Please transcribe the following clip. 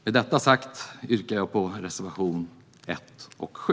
Med detta sagt yrkar jag bifall till reservationerna 1 och 7.